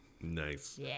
Nice